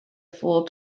fool